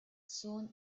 soon